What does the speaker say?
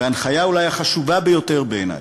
וההנחיה אולי החשובה ביותר בעיני: